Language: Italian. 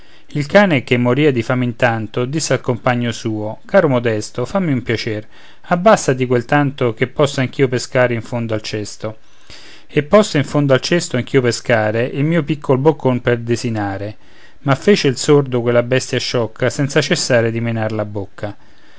il cane che moria di fame intanto disse al compagno suo caro modesto fammi un piacer abbassati quel tanto che possa anch'io pescar in fondo al cesto e possa in fondo al cesto anch'io pescare il mio piccol boccon pel desinare ma fece il sordo quella bestia sciocca senza cessare di menar la bocca